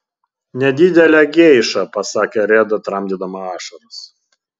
nedidelę geišą pasakė reda tramdydama ašaras